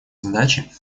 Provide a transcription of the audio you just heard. задачи